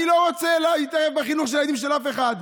אני לא רוצה להתערב בחינוך של הילדים של אף אחד,